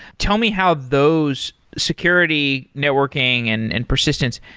tell me how those security networking and and persistence,